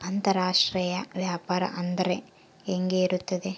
ಅಂತರಾಷ್ಟ್ರೇಯ ವ್ಯಾಪಾರ ಅಂದರೆ ಹೆಂಗೆ ಇರುತ್ತದೆ?